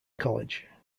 college